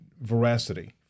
veracity